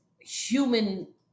human